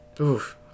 oof